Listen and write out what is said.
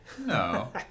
No